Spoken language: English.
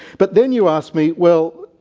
but then you ask me well,